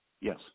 Yes